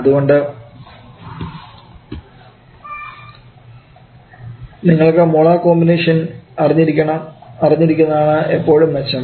അതുകൊണ്ട് നിങ്ങൾക്ക് molar composition അറിഞ്ഞിരിക്കുന്നത് ആണ് എപ്പോഴും മെച്ചം